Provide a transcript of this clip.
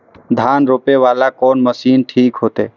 धान रोपे वाला कोन मशीन ठीक होते?